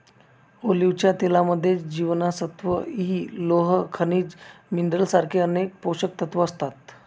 ऑलिव्हच्या तेलामध्ये जीवनसत्व इ, लोह, खनिज मिनरल सारखे अनेक पोषकतत्व असतात